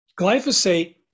Glyphosate